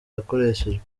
yakoreshejwe